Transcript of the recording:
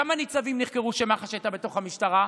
כמה ניצבים נחקרו כשמח"ש הייתה בתוך המשטרה?